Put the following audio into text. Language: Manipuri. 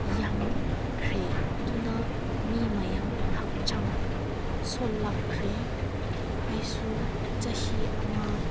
ꯌꯥꯝꯈ꯭ꯔꯦ ꯑꯗꯨꯅ ꯃꯤ ꯃꯌꯥꯝ ꯍꯛꯆꯥꯡ ꯁꯣꯜꯂꯛꯈ꯭ꯔꯦ ꯑꯩꯁꯨ ꯆꯍꯤ ꯑꯃ